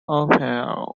olympia